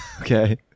Okay